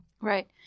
Right